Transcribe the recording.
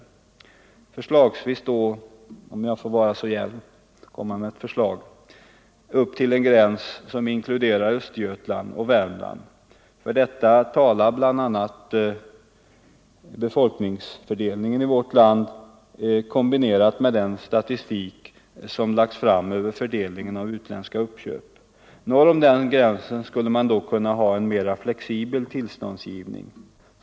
Förslagsvis då - om jag får vara så djärv att komma med ett förslag — upp till en gräns som inkluderar Östergötland och Värmland. För detta talar bl.a. befolkningsfördelningen i vårt land kombinerad med den statistik som lagts fram över fördelningen av utländska uppköp. Norr om den gränsen skulle man då kunna ha en mera flexibel tillståndsgivning.